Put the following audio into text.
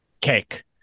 Cake